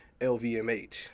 LVMH